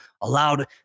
allowed